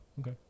Okay